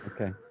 Okay